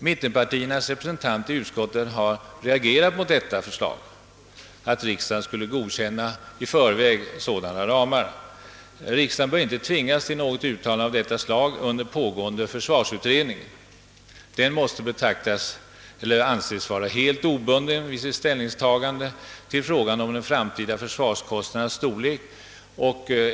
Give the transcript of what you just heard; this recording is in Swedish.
Mittenpartiernas representanter i utskottet har reagerat mot förslaget att riksdagen i förväg skall godkänna sådana ramar. Riksdagen bör inte tvingas till något uttalande av detta slag under pågående arbete inom försvarsutredningen, som skall vara helt obunden vid sitt ställningstagande till frågan om de framtida försvarskostnadernas storlek.